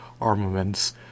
armaments